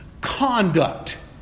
conduct